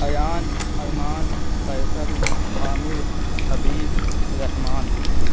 Ayan Arman Faisal Aamir Habib Rahman